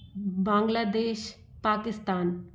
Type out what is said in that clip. Bangladesh Pakistan